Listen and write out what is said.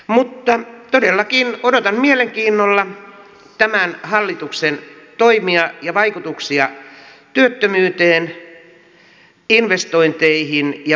mutta todellakin odotan mielenkiinnolla tämän hallituksen toimia ja vaikutuksia työttömyyteen investointeihin ja vientiin